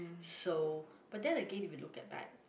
so but then again if you look at back